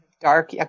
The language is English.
dark